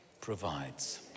provides